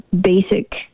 basic